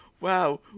Wow